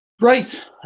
Right